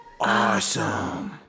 Awesome